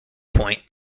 point